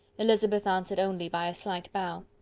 elizabeth answered only by a slight bow.